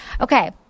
Okay